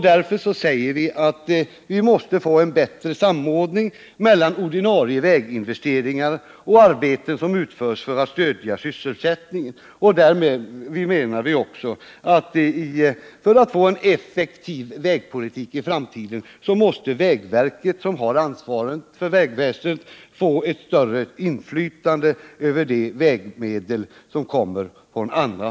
Därför säger vi att vi måste få en bättre samordning mellan ordinarie väginvesteringar och arbeten som utförs för att stödja sysselsättningen. För att få en effektiv vägpolitik i framtiden måste alltså vägverket, som har ansvaret för vägväsendet, få ett större inflytande över de vägmedel som inte är ordinarie medel.